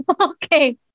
Okay